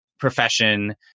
profession